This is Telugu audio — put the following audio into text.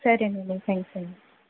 సరేనండి థ్యాంక్స్ అండి